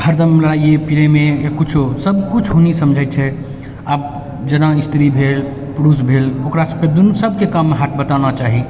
हरदम लड़ाइए प्रेमे या किछो सबकिछु होनी समझै छै आब जेना स्त्री भेल पुरुष भेल ओकरसबके दुनू सबके काममे हाथ बँटाना चाही